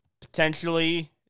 potentially